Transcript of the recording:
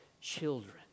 children